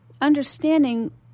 understanding